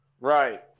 Right